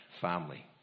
family